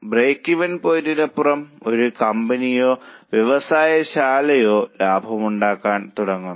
breakeven പോയിന്റിനപ്പുറം ഒരു കമ്പനിയോ വ്യവസായശാലയോ ലാഭമുണ്ടാക്കാൻ തുടങ്ങുന്നു